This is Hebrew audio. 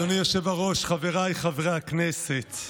אדוני היושב-ראש, חבריי חברי הכנסת,